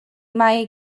mae